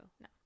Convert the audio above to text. no